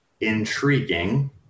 intriguing